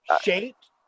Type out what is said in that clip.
shaped